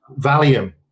Valium